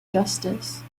justice